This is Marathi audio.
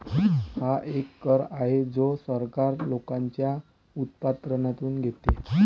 हा एक कर आहे जो सरकार लोकांच्या उत्पन्नातून घेते